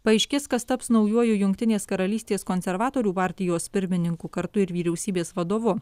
paaiškės kas taps naujuoju jungtinės karalystės konservatorių partijos pirmininku kartu ir vyriausybės vadovu